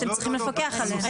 שאתם צריכים לפקח עליהם.